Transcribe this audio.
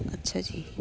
ਅੱਛਾ ਜੀ